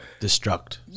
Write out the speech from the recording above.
Destruct